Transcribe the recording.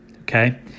Okay